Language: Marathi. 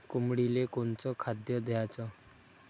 कोंबडीले कोनच खाद्य द्याच?